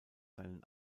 seinen